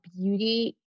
beauty